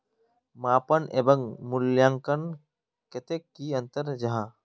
मापन एवं मूल्यांकन कतेक की अंतर जाहा?